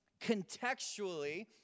contextually